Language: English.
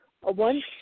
one